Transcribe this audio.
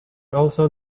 also